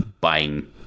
buying